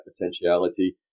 potentiality